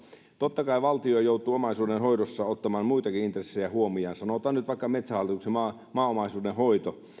totta kai valtio joutuu omaisuudenhoidossa ottamaan muitakin intressejä huomioon sanotaan nyt vaikka metsähallituksen maaomaisuuden hoito